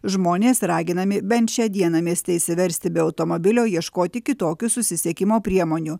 žmonės raginami bent šią dieną mieste išsiversti be automobilio ieškoti kitokių susisiekimo priemonių